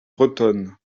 bretonne